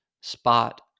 Spot